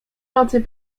nocy